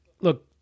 look